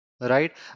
right